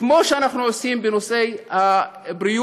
כמו שאנחנו עושים בנושאי הבריאות,